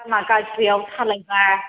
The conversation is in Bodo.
लामा गाज्रिआव सालायबा